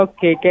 Okay